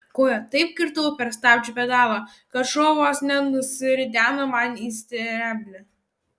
koja taip kirtau per stabdžių pedalą kad šuo vos nenusirideno man į sterblę